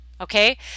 Okay